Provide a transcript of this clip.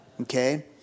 Okay